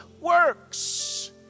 works